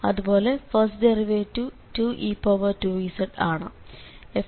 അതുപോലെ first derivative 2e2z ആണ്